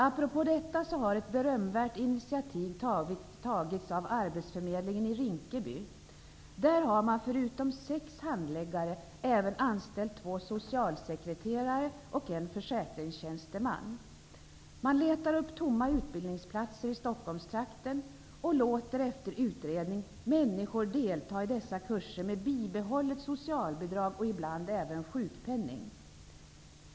Apropå detta har ett berömvärt initiativ tagits av arbetsförmedlingen i Rinkeby. Där har man förutom sex handläggare även anställt två socialsekreterare och en försäkringstjänsteman. Man letar upp tomma utbildningsplatser i Stockholmstrakten och låter efter utredning människor delta i dessa kurser med bibehållet socialbidrag och ibland även sjukpenning.